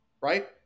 right